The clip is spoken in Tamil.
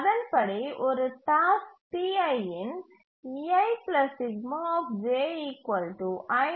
அதன்படி ஒரு டாஸ்க்